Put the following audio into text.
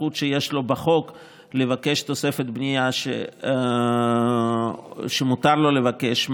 הזכות שיש לו בחוק לבקש תוספת בנייה שמותר לו לבקש.